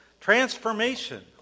transformation